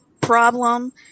problem